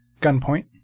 Gunpoint